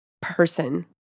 person